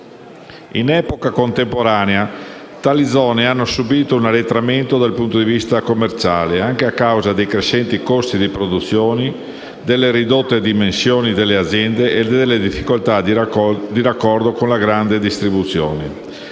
In epoca contemporanea tali zone hanno subito un arretramento dal punto di vista commerciale, anche a causa dei crescenti costi di produzione, delle ridotte dimensioni delle aziende e delle difficoltà di raccordo con la grande distribuzione.